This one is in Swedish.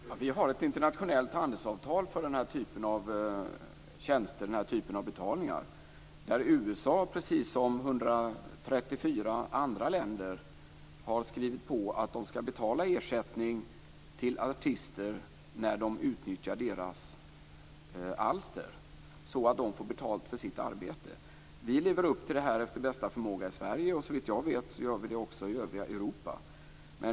Fru talman! Vi har ett internationellt handelsavtal för den här typen av betalningar. Där har USA, precis som 134 andra länder, skrivit på att man skall betala ersättning till artister när man utnyttjar deras alster så att dessa får betalt för sitt arbete. Vi i Sverige lever upp till detta efter bästa förmåga, och såvitt jag vet gäller det också övriga Europa.